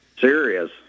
serious